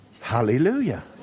hallelujah